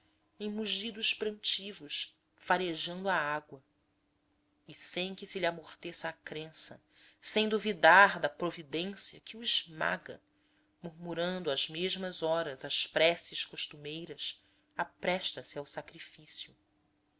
em mugidos prantivos farejando a água e sem que se lhe amorteça a crença sem duvidar da providência que o esmaga murmurando às mesmas horas as preces costumeiras apresta se ao sacrifício